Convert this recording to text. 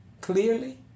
clearly